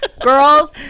girls